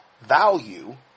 value